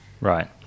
Right